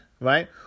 right